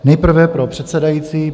Nejprve pro předsedající.